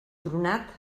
tronat